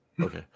okay